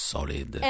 Solid